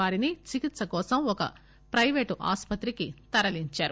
వారిని చికిత్స కోసం ఒక పైవేట్ ఆసుపత్రికి తరలించారు